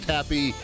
Happy